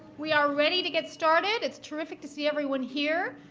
we are ready to get started. it's terrific to see everyone here.